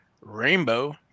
Rainbow